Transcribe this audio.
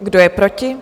Kdo je proti?